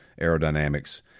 aerodynamics